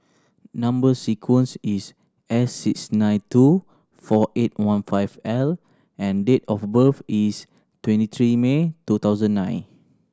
number sequence is S six nine two four eight one five L and date of birth is twenty three May two thousand nine